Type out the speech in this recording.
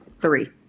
Three